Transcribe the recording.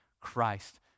Christ